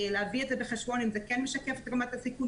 להביא את זה בחשבון אם זה כן משקף את רמת הסיכון,